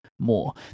more